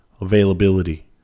availability